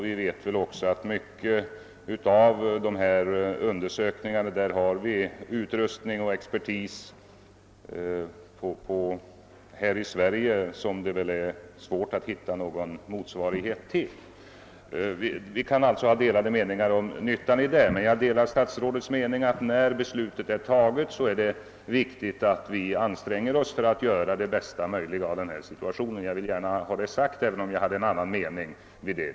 Vi vet väl också, efter de undersökningar som gjorts, att vi här i Sverige har utrustning och expertis som det kanske är svårt att hitta någon motsvarighet till. Vi kan alltså ha delade meningar om nyttan av det här institutet, men jag delar statsrådets uppfattning att när beslutet är taget så är det viktigt att vi anstränger oss för att göra det bästa möjliga av situationen. Jag vill gärna ha det sagt, även om jag röstade mot bildandet av institutet.